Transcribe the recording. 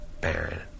Baron